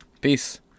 Peace